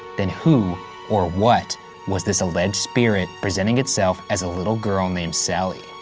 then who or what was this alleged spirit presenting itself as a little girl named sallie?